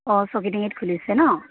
অ' ছকিডিঙ্গিত খুলিছে ন